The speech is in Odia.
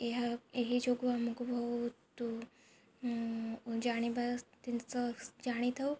ଏହା ଏହି ଯୋଗୁଁ ଆମକୁ ବହୁତ ଜାଣିବା ଜିନିଷ ଜାଣିଥାଉ